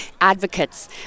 advocates